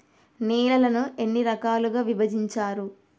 నేలలను ఎన్ని రకాలుగా విభజించారు?